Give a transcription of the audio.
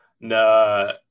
No